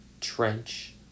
trench